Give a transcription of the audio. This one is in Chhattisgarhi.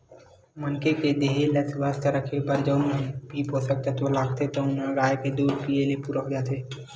मनखे के देहे ल सुवस्थ राखे बर जउन भी पोसक तत्व लागथे तउन ह गाय के दूद पीए ले पूरा हो जाथे